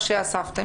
מה שאספתם.